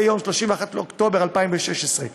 עד יום 31 באוקטובר 2016,